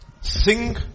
sing